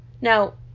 Now